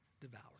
devour